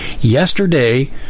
yesterday